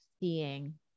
seeing